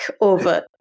over